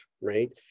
right